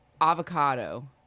avocado